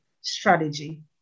strategy